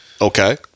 Okay